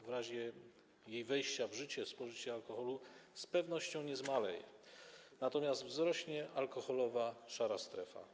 W razie jej wejścia w życie spożycie alkoholu z pewnością nie zmaleje, natomiast wzrośnie alkoholowa szara strefa.